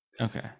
Okay